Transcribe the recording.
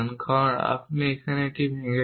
কারণ আপনি এটি ভেঙেছেন